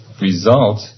result